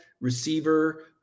receiver